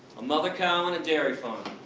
a mother cow on a dairy farm,